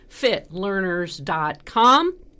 fitlearners.com